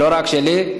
ולא רק שלי,